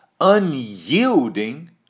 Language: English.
unyielding